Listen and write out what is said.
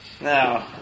Now